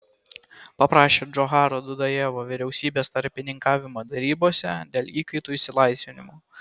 paprašė džocharo dudajevo vyriausybės tarpininkavimo derybose dėl įkaitų išlaisvinimo